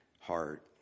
heart